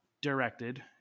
directed